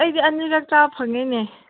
ꯑꯩꯗꯤ ꯑꯅꯤꯔꯛ ꯆꯥ ꯐꯪꯉꯦꯅꯦ